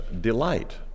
delight